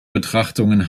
betrachtungen